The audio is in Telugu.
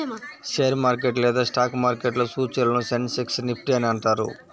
షేర్ మార్కెట్ లేదా స్టాక్ మార్కెట్లో సూచీలను సెన్సెక్స్, నిఫ్టీ అని అంటారు